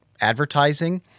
advertising